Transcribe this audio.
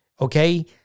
okay